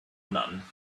none